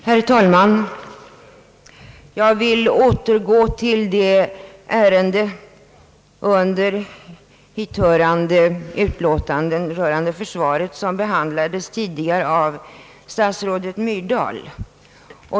Herr talman! Jag vill återgå till den fråga under föreliggande utlåtanden rörande försvaret som tidigare behandlats av statsrådet Myrdal.